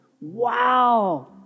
Wow